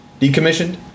Decommissioned